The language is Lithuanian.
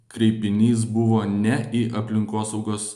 kreipinys buvo ne į aplinkosaugos